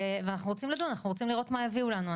ואנחנו רוצים לדון ולראות מה יביאו לנו.